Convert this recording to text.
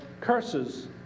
curses